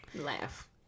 Laugh